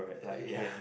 ya